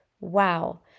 wow